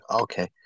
Okay